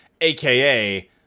aka